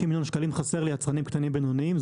מיליוני שקלים חסר ליצרנים קטנים ובינוניים.